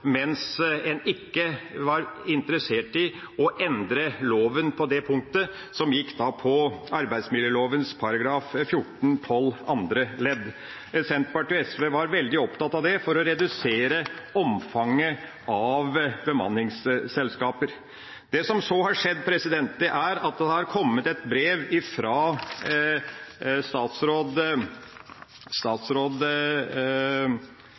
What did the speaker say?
ikke interessert i å endre loven på det punktet som gikk på arbeidsmiljøloven § 14-12 andre ledd. Senterpartiet og SV var veldig opptatt av det for å redusere omfanget av bemanningsselskaper. Det som så har skjedd, er at det har kommet et svar fra statsråd